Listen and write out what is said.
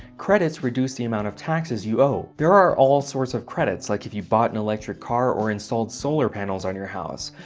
credits reduce the amount of taxes you owe. there are all sorts of credits, like if you bought an electric car or installed solar panels on your house,